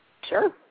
Sure